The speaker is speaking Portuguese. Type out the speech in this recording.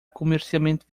comercialmente